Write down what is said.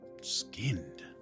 Skinned